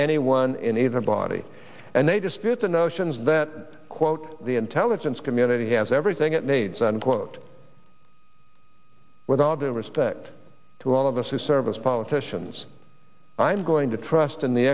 anyone in either body and they dispute the notions that quote the intelligence community has everything it needs unquote with all due respect to all of us who serve as politicians i'm going to trust in the